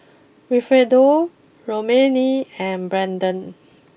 Wilfredo Romaine and Brayden